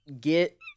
get